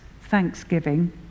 thanksgiving